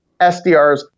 SDRs